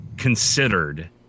considered